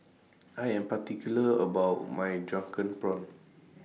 I Am particular about My Drunken Prawns